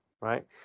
right